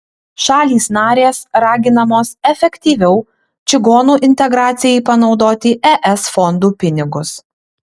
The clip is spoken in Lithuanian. šalys narės raginamos efektyviau čigonų integracijai panaudoti es fondų pinigus